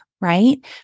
right